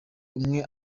umwe